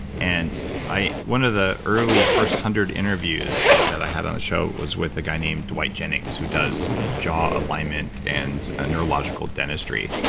and one of the early, first hundred interviews that i had on the show was with a guy named dwight jennings, who does jaw alignment and neurological dentistry.